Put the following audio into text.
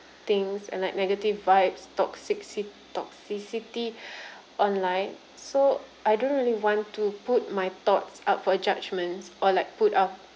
things and like negative vibes toxici~ toxicity online so I don't really want to put my thoughts up for judgments or like put up